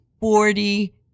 forty